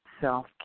self